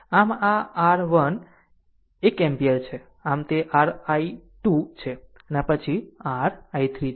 આમ આ r 1 ampere છે આમ તે r i2 છે અને પછી r i3 છે